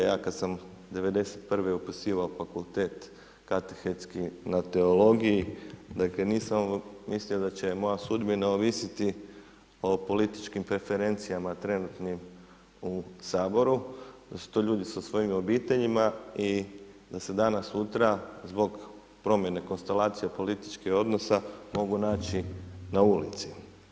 Ja kada sam '91. upisivao fakultet katehetski na teologiji dakle, nisam mislio da će moja sudbina ovisit o političkim preferencijama trenutnim u Saboru, jer su to ljudi sa svojim obiteljima i da se danas sutra zbog promijene konstelacije političkih odnosa mogu naći na ulici.